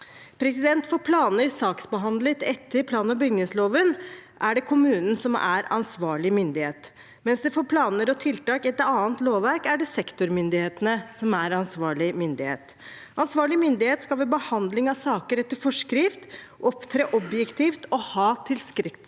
klima. For planer saksbehandlet etter plan- og bygningsloven er det kommunen som er ansvarlig myndighet, mens det for planer og tiltak etter annet lovverk er sektormyndighetene som er ansvarlig myndighet. Ansvarlig myndighet skal ved behandling av saker etter forskrift opptre objektivt og ha tilstrekkelig